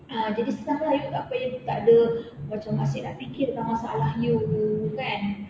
ah jadi sesama lah you tak payah tak ada macam asyik nak fikir tentang masalah you kan